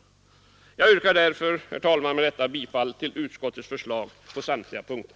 Jag yrkar, herr talman, bifall till utskottets förslag på samtliga punkter.